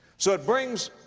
so it brings,